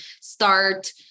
start